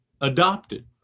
adopted